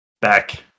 back